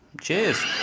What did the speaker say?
Cheers